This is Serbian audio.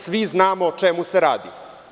Svi znamo o čemu se radi.